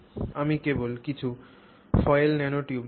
আমি কেবল কিছু ফয়েল ন্যানোটিউব দেখাব